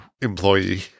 employee